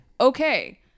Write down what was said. okay